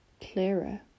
clearer